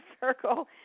circle